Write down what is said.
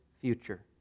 future